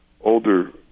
older